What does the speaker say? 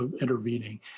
intervening